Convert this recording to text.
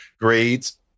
grades